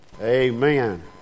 Amen